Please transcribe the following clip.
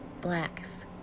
blacks